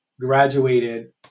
graduated